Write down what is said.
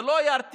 זה לא ירתיע.